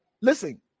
listen